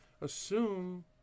assume